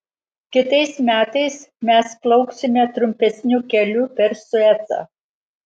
kitais metais mes plauksime trumpesniu keliu per suecą